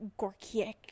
gorkiek